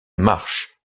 marche